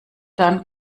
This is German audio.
dann